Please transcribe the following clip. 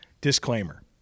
disclaimer